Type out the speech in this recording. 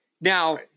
Now